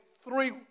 three